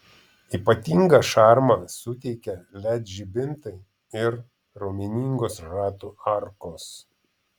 ypatingą šarmą suteikia led žibintai ir raumeningos ratų arkos